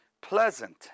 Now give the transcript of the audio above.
pleasant